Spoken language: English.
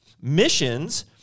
Missions